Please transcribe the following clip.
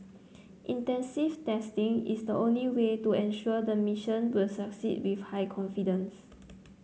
extensive testing is the only way to ensure the mission will succeed with high confidence